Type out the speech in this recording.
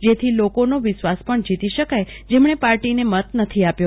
જેથી એ લોકોનો વિશ્વાસ પણ જીતી શકાય જેમણે પાર્ટીને મત નથી આપ્યો